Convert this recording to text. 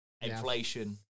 inflation